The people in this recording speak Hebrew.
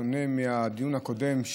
בשונה מהדיון הקודם,